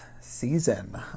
season